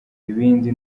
ibindi